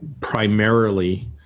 primarily